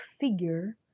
figure